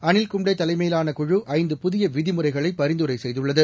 அனில் கும்ளேதலைமையிலான குழு ஐந்து புதியவிதிமுறைகளைபரிந்துரைசெய்துள்ளது